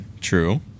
True